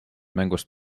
mängust